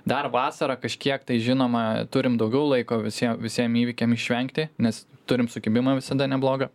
dar vasarą kažkiek tai žinoma turim daugiau laiko visie visiem įvykiam išvengti nes turim sukibimą visada neblogą